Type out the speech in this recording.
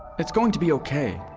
it's going to be okay,